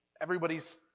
everybody's